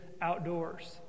outdoors